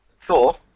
Thor